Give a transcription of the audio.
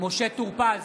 משה טור פז,